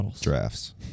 drafts